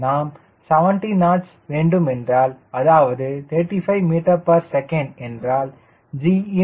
நாம் 70 knots வேண்டும் என்றால் அதாவது 35ms என்றால் G ன் மதிப்பு 0